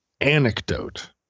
anecdote